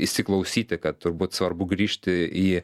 įsiklausyti kad turbūt svarbu grįžti į